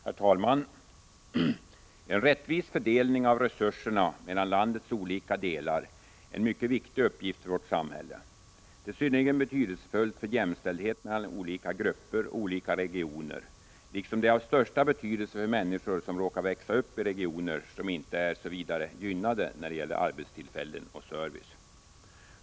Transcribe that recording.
Herr talman! En rättvis fördelning av resurserna mellan landets olika delar är en mycket viktig uppgift för vårt samhälle. Det är synnerligen betydelsefullt för jämställdhet mellan olika grupper och olika regioner, liksom det är av största betydelse för människor som råkar växa upp i regioner som inte är särskilt gynnade när det gäller arbetstillfällen och service.